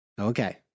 Okay